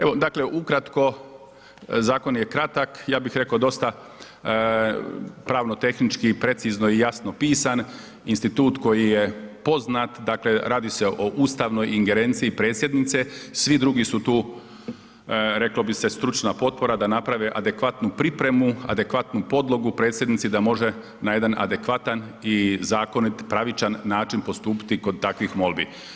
Evo dakle ukratko, zakon je kratak, ja bih rekao dosta pravno tehnički i precizno i jasno pisan, institut koji je poznat, dakle radi se o ustavnoj ingerenciji Predsjednice, svi drugi su tu reklo bi se stručna potpora da naprave adekvatnu pripremu, adekvatnu podlogu Predsjednici da može na jedan adekvatan i zakonit, pravičan način postupiti kod takvih molbi.